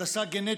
הנדסה גנטית,